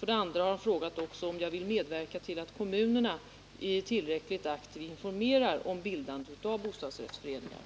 och 2. om jag vill medverka till att kommunerna tillräckligt aktivt informerar om bildandet av bostadsrättsföreningar.